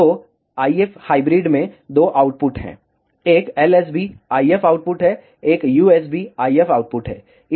तो IF hybrid में दो आउटपुट हैं एक LSB IF आउटपुट है एक USB IF आउटपुट है